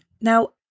Now